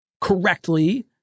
correctly